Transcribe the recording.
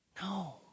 No